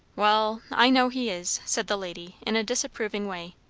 wall i know he is, said the lady in a disapproving way.